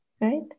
right